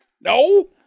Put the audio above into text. No